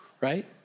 right